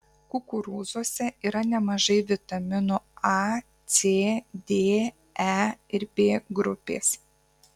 kukurūzuose yra nemažai vitaminų a c d e ir b grupės